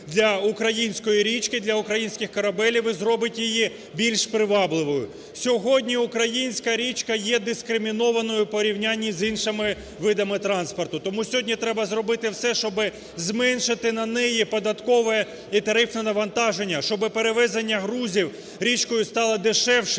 для української річки, для українських корабелів і зробить її більш привабливою. Сьогодні українська річка є дискримінованою в порівнянні з іншими видами транспорту. Тому сьогодні треба зробити все, щоби зменшити на неї податкове і тарифне навантаження, щоби перевезення грузів річкою стало дешевшим,